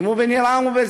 אם הוא בניר-עם או בשדרות,